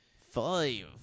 Five